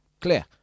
Clear